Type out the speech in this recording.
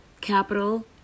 capital